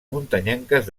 muntanyenques